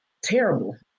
terrible